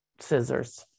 scissors